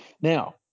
Now